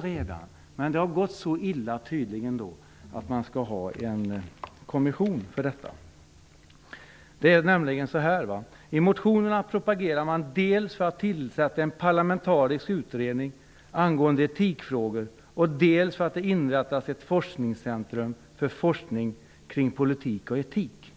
Det har tydligen gått så illa att man behöver ha en kommission på det här området. I motionerna propageras för att man skall tillsätta en parlamentarisk utredning om etikfrågor och att man skall inrätta ett forskningscentrum för forskning kring politik och etik.